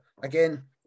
again